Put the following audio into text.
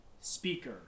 speaker